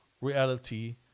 reality